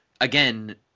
again